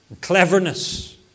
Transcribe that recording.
cleverness